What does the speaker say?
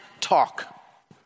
talk